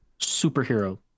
superhero